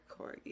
Corgi